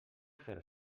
fer